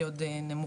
שהיא עוד נמוכה,